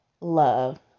love